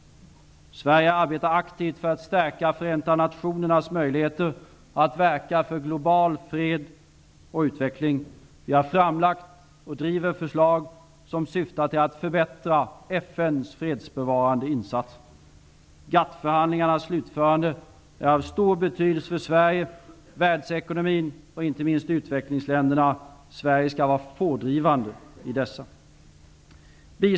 Sverige arbetar aktivt för att stärka Förenta nationernas möjligheter att verka för global fred och utveckling. Vi har framlagt och driver förslag som syftar till att förbättra FN:s fredsbevarande insatser. GATT-förhandlingarnas slutförande är av stor betydelse för Sverige, världsekonomin och inte minst utvecklingsländerna. Sverige skall vara pådrivande i dessa förhandlingar.